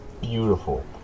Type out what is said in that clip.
beautiful